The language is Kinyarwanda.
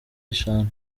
eshanu